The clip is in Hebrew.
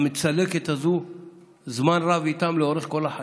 המצלקת הזאת זמן רב איתם, לאורך כל החיים.